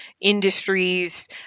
industries